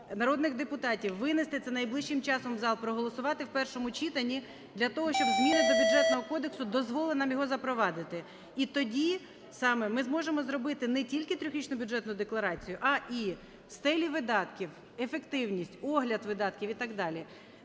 народних депутатів винести це найближчим часом у зал, проголосувати в першому читанні для того, щоб зміни до Бюджетного кодексу дозволили нам його запровадити. І тоді саме ми зможемо зробити не тільки трьохрічну бюджетну декларацію, а і стелі видатків, ефективність, огляд видатків і так далі.